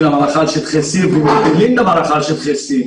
למערכה על שטחי C והם מועילים למערכה על שטחי C,